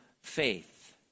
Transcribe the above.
faith